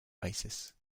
basis